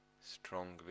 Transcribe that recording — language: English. strongly